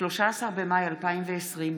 13 במאי 2020,